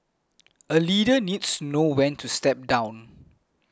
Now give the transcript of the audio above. a leader needs to know when to step down